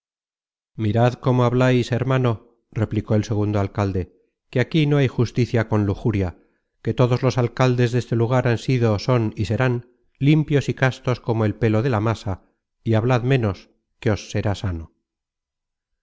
mirad cómo hablais hermano replicó el segundo alcalde que aquí no hay justicia con lujuria que todos los alcaldes deste lugar han sido son y serán limpios y castos como el pelo de la masa y hablad ménos que os será sano